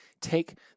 take